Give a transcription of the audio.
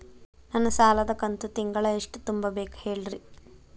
ನನ್ನ ಸಾಲದ ಕಂತು ತಿಂಗಳ ಎಷ್ಟ ತುಂಬಬೇಕು ಹೇಳ್ರಿ?